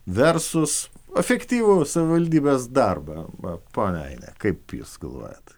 versus efektyvų savivaldybės darbą ponia aine kaip jūs galvojate